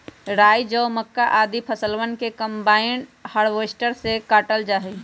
राई, जौ, मक्का, आदि फसलवन के कम्बाइन हार्वेसटर से काटल जा हई